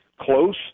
close